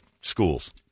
schools